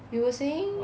we were saying